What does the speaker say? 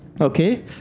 okay